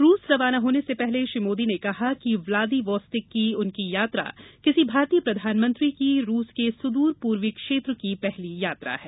रवाना होने से पहले प्रधानमंत्री ने कहा कि व्लादिवोस्तिक की उनकी यात्रा किसी भारतीय प्रधानमंत्री की रूस के सुदूर पूर्वी क्षेत्र की पहली यात्रा है